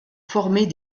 former